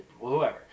whoever